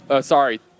sorry